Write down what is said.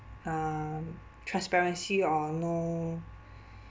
um transparency or no